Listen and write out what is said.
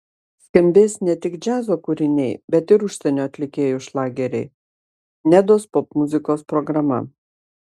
skambės ne tik džiazo kūriniai bet ir užsienio atlikėjų šlageriai nedos popmuzikos programa